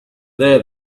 there